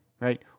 right